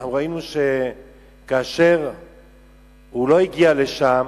וראינו כאשר הוא לא הגיע לשם,